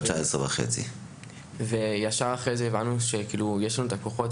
היא היתה בת 19.5. מ': מייד לאחר מכן הבנו שיש לנו את הכוחות